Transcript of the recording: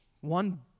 one